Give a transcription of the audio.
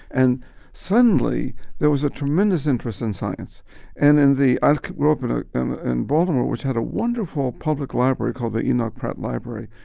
and suddenly there was a tremendous interest in science and in the ah opened ah in baltimore, which had a wonderful public library called the, you know, library.